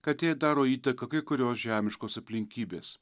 kad jai daro įtaką kai kurios žemiškos aplinkybės